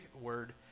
word